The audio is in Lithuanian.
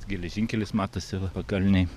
geležinkelis matosi va pakalnėj